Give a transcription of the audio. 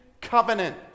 covenant